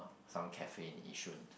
some cafe in Yishun